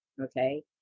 okay